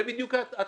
זה בדיוק התרחיש.